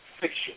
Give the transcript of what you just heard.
Fiction